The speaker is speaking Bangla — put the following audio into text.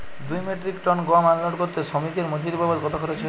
দুই মেট্রিক টন গম আনলোড করতে শ্রমিক এর মজুরি বাবদ কত খরচ হয়?